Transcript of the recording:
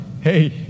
Hey